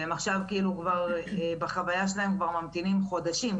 והם עכשיו כאילו כבר בחוויה שלהם ממתינים חודשים,